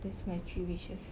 that's my three wishes